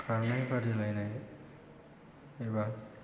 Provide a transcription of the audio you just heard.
खारनाय बादायलायनाय एबा